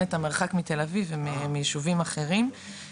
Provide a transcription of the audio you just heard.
את המרחק מתל אביב ומיישובים אחרים,